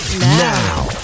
now